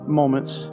moments